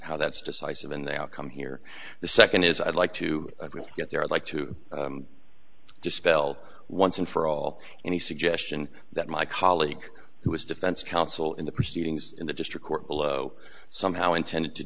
how that's decisive and they all come here the second is i'd like to get there i'd like to dispel once and for all any suggestion that my colleague who was defense counsel in the proceedings in the district court below somehow intended to